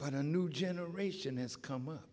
but a new generation has come up